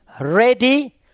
ready